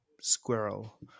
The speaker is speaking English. squirrel